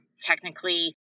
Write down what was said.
technically